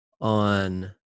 on